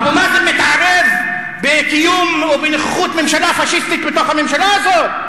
אבו מאזן מתערב בקיום או בנוכחות ממשלה פאשיסטית בתוך הממשלה הזאת?